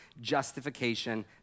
justification